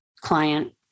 client